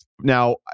Now